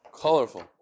colorful